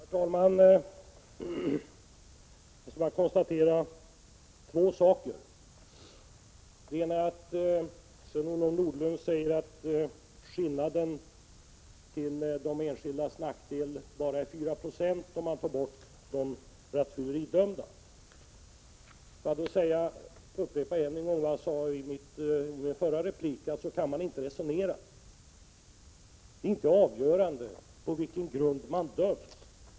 Herr talman! Jag skall bara konstatera två saker. Det ena är att Sven-Olof Nordlund säger att skillnaden till de enskildas nackdel bara är 4 96, om man tar bort de rattfylleridömda. Jag vill då upprepa det som jag sade i mitt förra inlägg, nämligen att man inte kan resonera på ett sådant sätt. Det är inte avgörande på vilken grund man dömts.